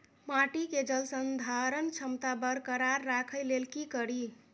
माटि केँ जलसंधारण क्षमता बरकरार राखै लेल की कड़ी?